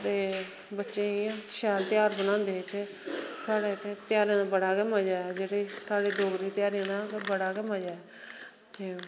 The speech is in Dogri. ते बच्चें गी इयां शैल ध्यार बनांदे इत्थै स्हाड़े इत्थै ध्यारें दा बड़ा गै मजा जेह्के स्हाड़े डोगरी ध्यार ना बड़ा गै मजा ते